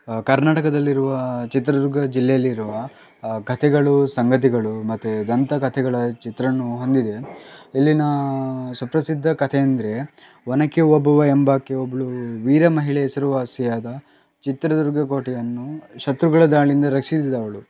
ಕರ್ನಾಟಕದಲ್ಲಿರುವ ಚಿತ್ರದುರ್ಗ ಜಿಲ್ಲೆಯಲ್ಲಿರುವ ಕಥೆಗಳು ಸಂಗತಿಗಳು ಮತ್ತು ದಂತಕಥೆಗಳ ಚಿತ್ರಣವು ಹೊಂದಿದೆ ಇಲ್ಲಿನ ಸುಪ್ರಸಿದ್ದ ಕಥೆ ಅಂದರೆ ಒನಕೆ ಓಬವ್ವ ಎಂಬಾಕೆ ಒಬ್ಬಳು ವೀರ ಮಹಿಳೆ ಹೆಸರುವಾಸಿಯಾದ ಚಿತ್ರದುರ್ಗ ಕೋಟೆಯನ್ನು ಶತ್ರುಗಳ ದಾಳಿಯಿಂದ ರಕ್ಷಿಸಿದವಳು